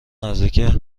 نزدیکه